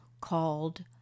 called